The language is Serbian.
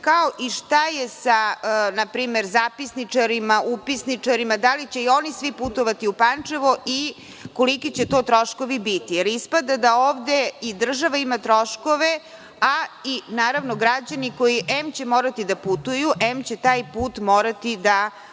kao i šta je sa zapisničarima, upisničarima, da li će i oni svi putovati u Pančevo i koliki će to troškovi biti, jer ispada da ovde i država ima troškove a i naravno građani koji, em će morati da putuju, em će taj put morati da